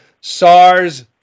SARs